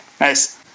Nice